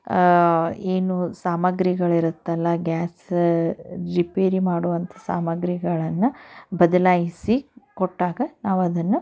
ಏನು ಸಾಮಗ್ರಿಗಳಿರುತ್ತಲ್ಲ gas repair ಮಾಡುವಂಥ ಸಾಮಗ್ರಿಗಳನ್ನು ಬದಲಾಯಿಸಿ ಕೊಟ್ಟಾಗ ನಾವದನ್ನು